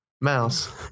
mouse